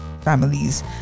families